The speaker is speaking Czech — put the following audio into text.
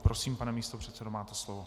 Prosím, pane místopředsedo, máte slovo.